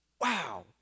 wow